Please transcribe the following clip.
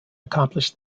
accomplish